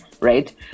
right